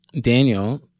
daniel